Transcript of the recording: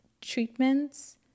treatments